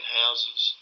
houses